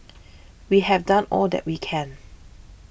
we have done all that we can